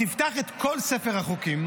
תפתח את כל ספר החוקים,